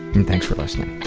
and thanks for listening